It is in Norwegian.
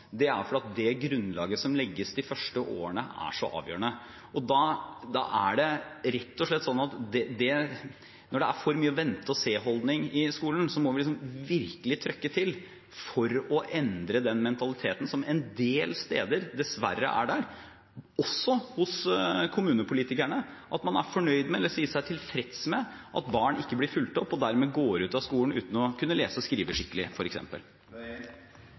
tidlig innsats, er at det grunnlaget som legges de første årene, er så avgjørende. Da er det rett og slett sånn at når det er for mye vente-og-se-holdning i skolen, må vi virkelig trykke til for å endre den mentaliteten som en del steder dessverre er der – også hos kommunepolitikerne: at man sier seg tilfreds med at barn ikke blir fulgt opp og dermed går ut av skolen uten f.eks. å kunne lese og skrive